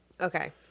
Okay